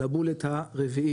לבולט השלישי,